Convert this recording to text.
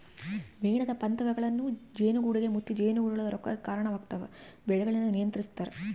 ಮೇಣದ ಪತಂಗಗಳೂ ಜೇನುಗೂಡುಗೆ ಮುತ್ತಿ ಜೇನುನೊಣಗಳ ರೋಗಕ್ಕೆ ಕರಣವಾಗ್ತವೆ ಬೆಳೆಗಳಿಂದ ನಿಯಂತ್ರಿಸ್ತರ